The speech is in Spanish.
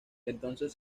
entonces